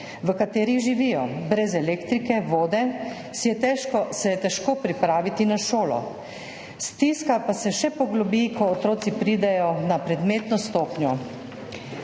v katerih živijo, brez elektrike, vode se je težko pripraviti na šolo. Stiska pa se še poglobi, ko otroci pridejo na predmetno stopnjo.